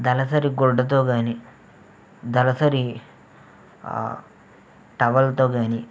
దళసరి గుడ్డతో గానీ దళసరి టవల్తో గానీ